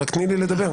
רק תני לי לדבר.